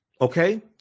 okay